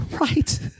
right